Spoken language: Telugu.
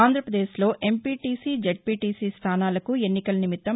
ఆంధ్రాపదేశ్లో ఎంపిటిసి జద్పిటిసి స్థానాలకు ఎన్నికల నిమిత్తం